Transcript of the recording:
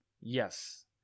Yes